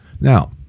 Now